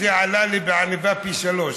אז זה עלה לי בעניבה פי שלושה.